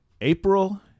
April